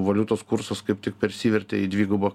valiutos kursas kaip tik persivertė į dvigubą